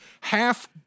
Half